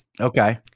Okay